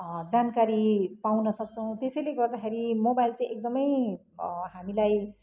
जानकारी पाउनसक्छौँ त्यसैले गर्दाखेरि मोबाइल चाहिँ एकदमै हामीलाई